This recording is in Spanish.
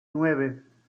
nueve